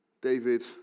David